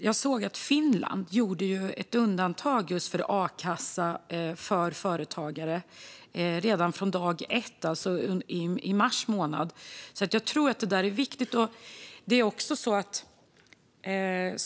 Herr talman! Finland gjorde ett undantag just för a-kassa för företagare redan från dag ett i mars månad. Jag tror att det är viktigt.